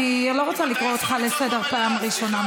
אני לא רוצה לקרוא אותך לסדר פעם ראשונה.